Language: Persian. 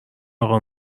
اقا